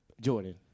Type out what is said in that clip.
Jordan